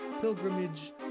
pilgrimage